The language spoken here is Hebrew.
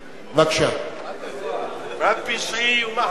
(חבר הכנסת